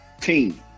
team